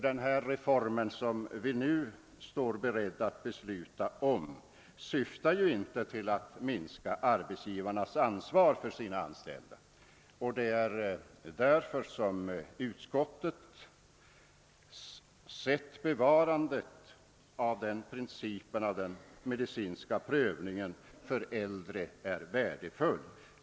Den reform vi nu står beredda att besluta om syftar ju inte till att minska arbetsgivarnas ansvar för sina anställda, och det är därför som utskottet ansett bevarandet av principen om den medicinska prövningen för äldre vara värdefull.